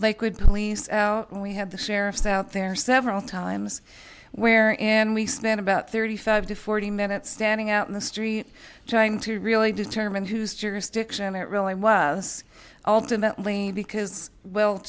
lakewood police and we had the sheriffs out there several times where and we spent about thirty five to forty minutes standing out in the street trying to really determine whose jurisdiction it really was ultimately because wel